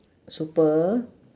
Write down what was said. super